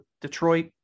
Detroit